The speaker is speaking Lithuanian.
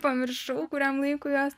pamiršau kuriam laikui juos